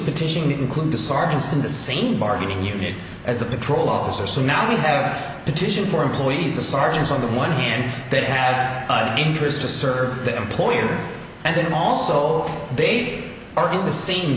petition that included the sergeants in the same bargaining unit as a patrol officer so now we have a petition for employees the sergeants on the one hand that have an interest to serve the employer and then also they are in the s